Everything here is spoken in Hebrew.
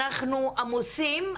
אנחנו עמוסים,